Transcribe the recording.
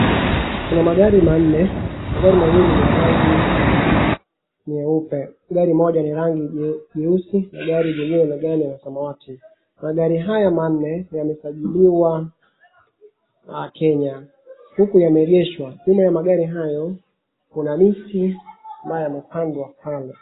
Kuna magari manne, magari mawili ni ya rangi nyeupe. Gari moja ni rangi nyeusi na gari jingine nadhani ni la samawati. Magari haya manne yamesajiliwa Kenya huku yameegeshwa. Nyuma ya magari hayo kuna miti ambaye yamepandwa pale.